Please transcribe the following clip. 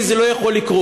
כי זה לא יכול לקרות,